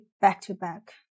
back-to-back